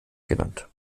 genannt